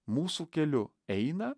mūsų keliu eina